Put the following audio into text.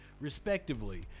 respectively